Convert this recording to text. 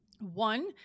One